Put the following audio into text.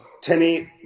Timmy